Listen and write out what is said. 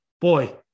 boy